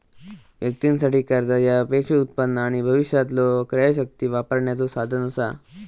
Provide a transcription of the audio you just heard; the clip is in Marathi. व्यक्तीं साठी, कर्जा ह्या अपेक्षित उत्पन्न आणि भविष्यातलो क्रयशक्ती वापरण्याचो साधन असा